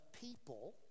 people